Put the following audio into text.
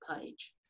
page